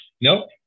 nope